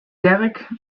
derrick